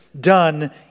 done